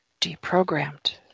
deprogrammed